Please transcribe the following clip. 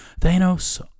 Thanos